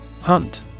Hunt